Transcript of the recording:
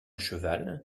cheval